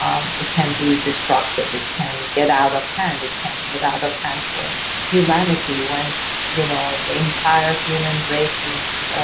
um it can be destructive. it can get out of hand. it can get out of hand for humanity when you know the entire human races